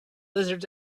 lizards